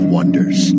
Wonders